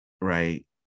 right